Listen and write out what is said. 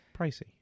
pricey